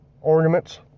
ornaments